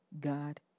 God